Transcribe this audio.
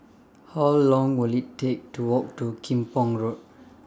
How Long Will IT Take to Walk to Kim Pong Road